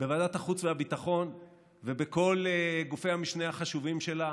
בוועדת החוץ והביטחון ובכל גופי המשנה החשובים שלה,